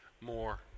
more